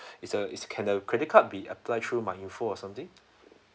is uh is can the credit card be applied through my info or something